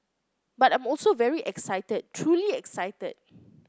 but I'm also very excited truly excited